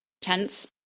tense